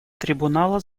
трибунала